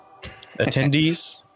Attendees